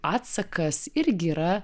atsakas irgi yra